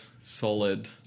solid